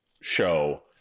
show